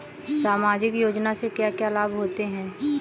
सामाजिक योजना से क्या क्या लाभ होते हैं?